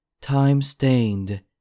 time-stained